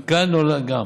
גם.